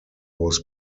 was